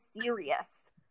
serious